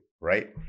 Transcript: right